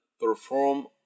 perform